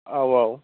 औ औ